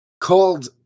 called